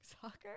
soccer